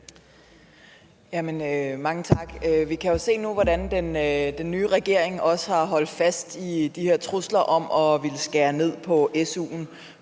Mange tak. Vi kan jo se nu, hvordan den nye regering også holder fast i de her trusler om at ville skære ned på SU'en,